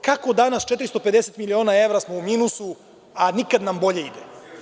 Kako smo danas 450 miliona evra u minusu, a nikad nam bolje ide?